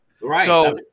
Right